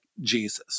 Jesus